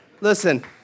Listen